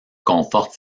conforte